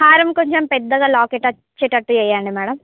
హారం కొంచం పెద్దగా లాకెట్ వచ్చేటట్టు చేయండి మేడమ్